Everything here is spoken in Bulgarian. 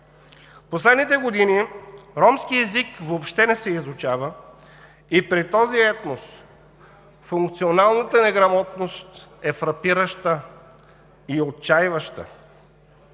последните години ромският език въобще не се изучава и при този етнос функционалната неграмотност е фрапираща и отчайваща.